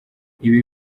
ibi